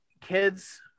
kids